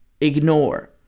Ignore